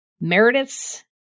Meredith's